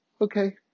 Okay